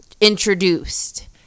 introduced